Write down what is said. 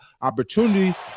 opportunity